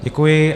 Děkuji.